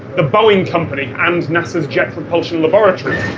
the boeing company, and nasa's jet propulsion laboratory,